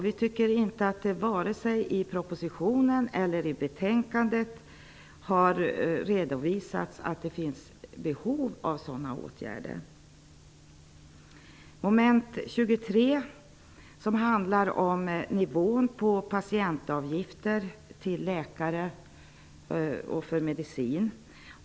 Vi tycker inte att det vare sig i propositionen eller i utskottsbetänkandet har redovisats att det finns behov av sådana åtgärder. Mom. 23 avser nivån på patientavgifter till läkare och för medicin.